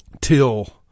till